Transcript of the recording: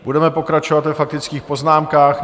Budeme pokračovat ve faktických poznámkách.